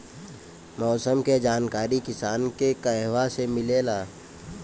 मौसम के जानकारी किसान के कहवा से मिलेला?